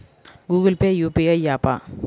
Google Pay UPI య్యాపా?